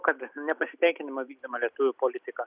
kad nepasitenkinimą vykdoma lietuvių politika